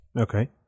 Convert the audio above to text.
Okay